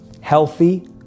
healthy